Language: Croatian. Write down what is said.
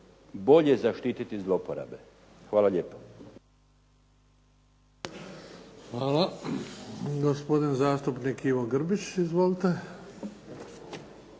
bolje zaštititi zlouporabe. Hvala lijepo. **Bebić, Luka (HDZ)** Hvala. Gospodin zastupnik Ivo Grbić. Izvolite.